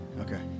Okay